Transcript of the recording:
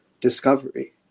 discovery